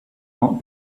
not